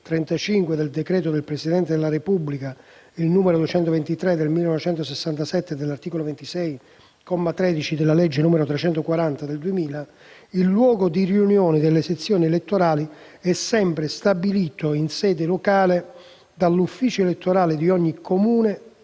del decreto del Presidente della Repubblica n. 223 del 1967 e dell'articolo 26, comma 13, della legge n. 340 del 2000) il luogo di riunione delle sezioni elettorali è stabilito in sede locale dall'ufficiale elettorale di ogni Comune,